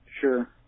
Sure